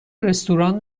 رستوران